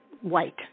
white